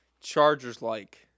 Chargers-like